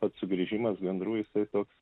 pats sugrįžimas gandrų jisai toks